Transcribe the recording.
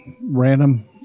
random